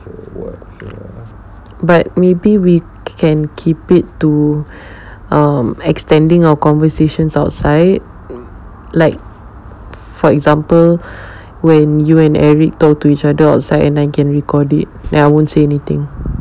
but maybe we can keep it to um extending our conversations outside like for example when you and eric talk to each other outside and I can recorded it and I won't say anything